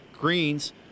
greens